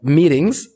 meetings